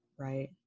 right